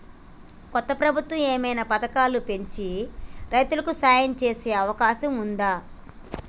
కొత్త ప్రభుత్వం ఏమైనా పథకాలు పెంచి రైతులకు సాయం చేసే అవకాశం ఉందా?